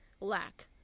lack